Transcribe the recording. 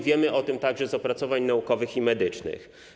Wiemy o tym także z opracowań naukowych i medycznych.